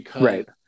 Right